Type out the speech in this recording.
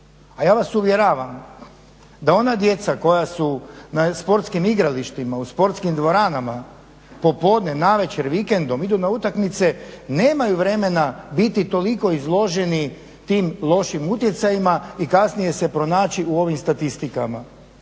A ja vas uvjeravam da ona djeca koja su na sportskim igralištima, u sportskim dvoranama popodne, navečer, vikendom idu na utakmice nemaju vremena biti toliko izloženim tim lošim utjecajima i kasnije se pronaći u ovim statistikama.